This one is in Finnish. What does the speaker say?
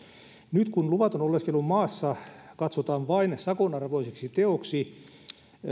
nyt kun luvaton oleskelu maassa katsotaan vain sakon arvoiseksi teoksi